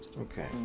Okay